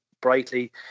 brightly